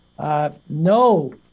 No